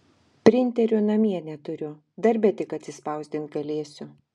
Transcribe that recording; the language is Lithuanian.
printerio namie neturiu darbe tik atspausdint galėsiu